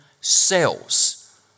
cells